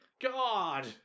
God